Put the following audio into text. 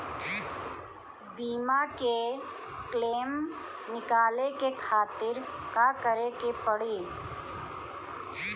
बीमा के क्लेम निकाले के खातिर का करे के पड़ी?